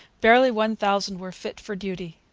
barely one thousand were fit for duty.